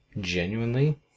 genuinely